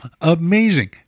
Amazing